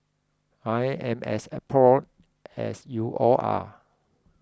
I am as appalled as you all are